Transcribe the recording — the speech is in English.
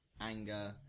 anger